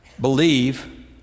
believe